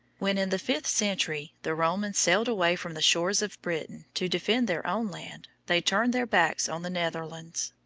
when in the fifth century the romans sailed away from the shores of britain to defend their own land, they turned their backs on the netherlands.